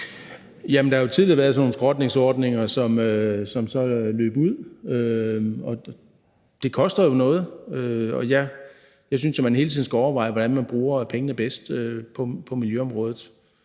(EL): Der har jo tidligere været sådan nogle skrotningsordninger, som så løb ud. Det koster jo noget, og jeg synes jo, at man hele tiden skal overveje, hvordan man bruger pengene bedst på miljøområdet.